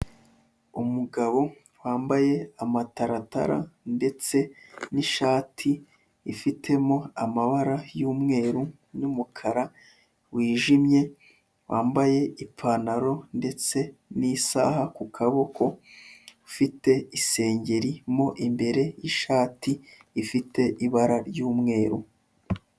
Umugabo wambaye amataratara, ndetse n'ishati ifitemo amabara y'umweru n'umukara wijimye, wambaye ipantaro ndetse n'isaha ku kaboko, ufite isengeri mo imbere y'ishati, ifite ibara ry'umweru.